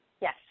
Yes